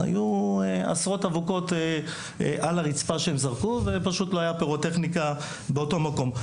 היו עשרות אבוקות על רצפה שהם זרקו ולא היתה פירוטכניקה באותו מקום.